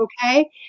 okay